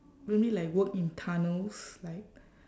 maybe like work in tunnels like